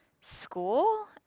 school